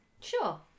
Sure